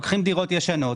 לוקחים דירות ישנות,